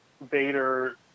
Vader